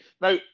Now